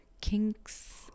kinks